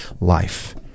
life